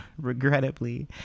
regrettably